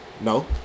No